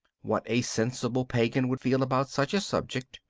what a sensible pagan would feel about such a subject,